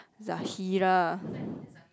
Zahirah